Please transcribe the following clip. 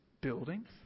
buildings